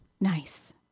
nice